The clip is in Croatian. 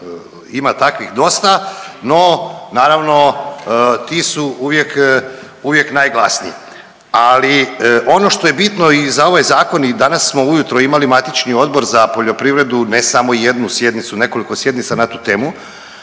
ima takvih dosta, no naravno ti su uvijek najglasniji. Ali ono što je bitno i za ovaj zakon i danas smo ujutro imali matični Odbor za poljoprivredu ne samo jednu sjednicu nekoliko sjednica na tu temu